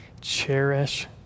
Cherish